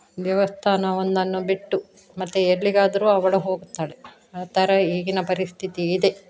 ದೇವಸ್ಥಾನ ಒಂದನ್ನು ಬಿಟ್ಟು ಮತ್ತೆ ಎಲ್ಲಿಗಾದರೂ ಅವಳು ಹೋಗ್ತಾಳೆ ಆ ಥರ ಈಗಿನ ಪರಿಸ್ಥಿತಿ ಇದೆ